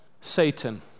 Satan